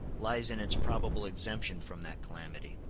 lies in its probable exemption from that calamity.